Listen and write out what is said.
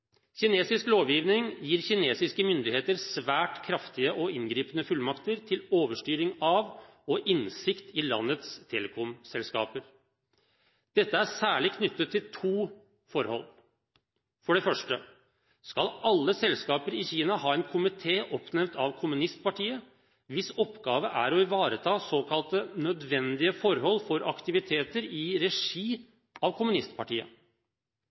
Kinesisk lovgivning gir kinesiske myndigheter svært kraftige og inngripende fullmakter til overstyring av og innsikt i landets telekomselskaper. Dette er særlig knyttet til to forhold. For det første skal alle selskaper i Kina ha en komité oppnevnt av kommunistpartiet, hvis oppgave er å ivareta såkalte nødvendige forhold for aktiviteter i regi av kommunistpartiet.